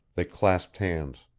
they clasped hands.